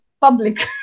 public